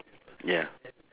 ya